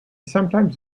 sometimes